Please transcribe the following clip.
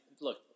look